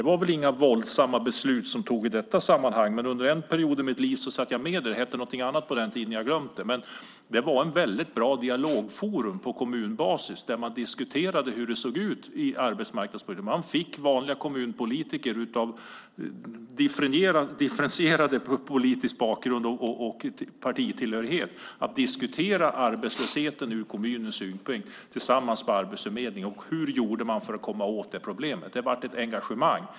Det togs väl inga våldsamma beslut i de sammanhangen, men under en period i mitt liv satt jag med i en sådan. Det hette någonting annat på den tiden som jag nu har glömt, men det var ett väldigt bra dialogforum på kommunbasis där man diskuterade hur det såg ut på arbetsmarknadspolitikens område. Man fick vanliga kommunpolitiker av differentierad politisk bakgrund och partitillhörighet att tillsammans med arbetsförmedlingen diskutera arbetslösheten från kommunens synpunkt och hur man skulle göra för att komma åt problemet. Det blev ett engagemang.